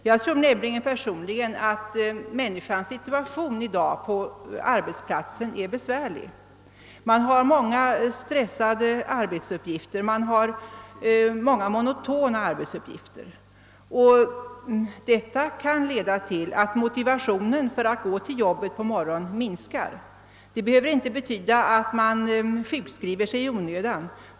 Jag tror nämligen att människans situation i dag på arbetsplatsen är besvärlig. Man har många stressande arbetsuppgifter, man har många monotona arbetsuppgifter. Och detta kan leda till att motivationen för att gå till jobbet på morgonen mins kar. Det behöver inte betyda att man sjukskriver sig i onödan.